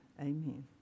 Amen